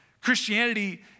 Christianity